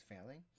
failing